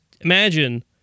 imagine